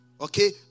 Okay